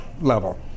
level